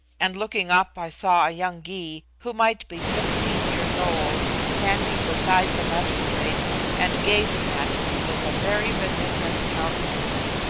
and looking up i saw a young gy, who might be sixteen years old, standing beside the magistrate and gazing at me with a very benignant countenance.